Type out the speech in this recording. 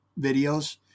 videos